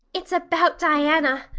it's about diana,